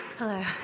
Hello